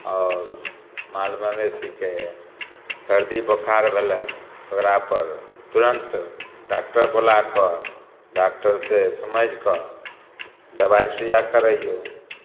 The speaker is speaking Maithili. आओर माल मवेशीके सरदी बोखार भेलै ओकरापर तुरन्त डाक्टर बोलाकऽ डाक्टरसे समझिकऽ दवाइ सुइआ करैऔ